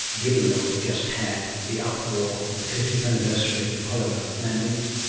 given that we've just had the uproar of the fiftieth anniversary of the apollo landings,